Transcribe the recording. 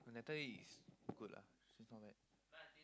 Natalie is good lah she's not bad